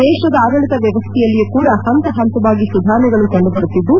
ದೇಶದ ಆಡಳತ ವ್ವವಸ್ಥೆಯಲ್ಲಿಯೂ ಕೂಡ ಹಂತ ಹಂತವಾಗಿ ಸುಧಾರಣೆಗಳು ಕಂಡುಬರುತ್ತಿದ್ದು